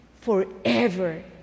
forever